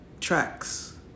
tracks